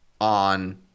on